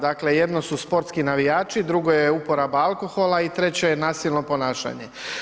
Dakle, jedno su sportski navijači, druga je uporaba alkohola i treće je nasilno ponašanje.